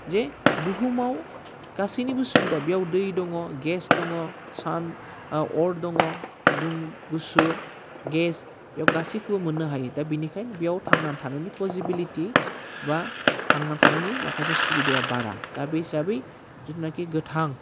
जे बुहुमाव गासैनिबो सुबिदा बेयाव दै दङ गेस दङ सान अर दङ गुदुं गुसु गेस बेयाव गासैखौबो मोननो हायो दा बेनिखायनो बेयाव थांनानै थानायनि पसिबिलिटि बा थांना थानायनि माखासे सुबिदाया बारा दा बे हिसाबै जिथुनाखि गोथां